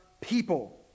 people